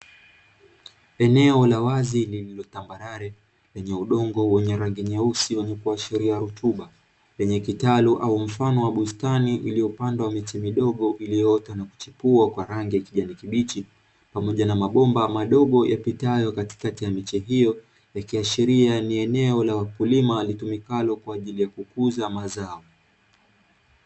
Eneo la wazi lililo tambarare lenye udongo wenye rangi nyeusi wenye kuashiria rutuba, lenye kitalu au mfano wa bustani iliyopandwa miti midogo iliyoota na kuchipua kwa rangi ya kijani kibichi pamoja na mabomba mdogo yapitayo katikati ya miche, hiyo ikiashiria ni eneo la wakulima litumikalo kwa ajili ya kukukuza mazao.